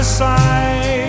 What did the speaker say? side